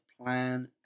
Plan